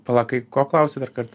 pala kai ko klausei darkart